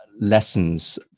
lessons